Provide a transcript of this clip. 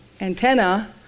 antenna